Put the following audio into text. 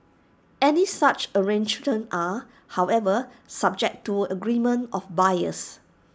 any such arrangements are however subject to agreement of buyers